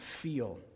feel